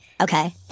Okay